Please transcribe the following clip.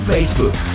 Facebook